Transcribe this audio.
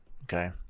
Okay